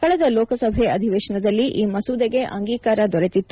ಕಳೆದ ಲೋಕಸಭೆ ಅಧಿವೇಶನದಲ್ಲಿ ಈ ಮಸೂದೆಗೆ ಅಂಗೀಕಾರ ದೊರೆತಿತ್ತು